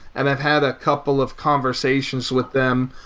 and i've had a couple of conversations with them.